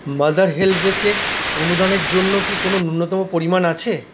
mother হেল্পেজে অনুদানের জন্য কি কোনও ন্যূনতম পরিমাণ আছে